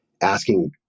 asking